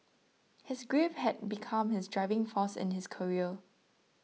his grief had become his driving force in his career